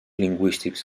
lingüístics